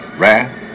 wrath